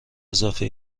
اضافه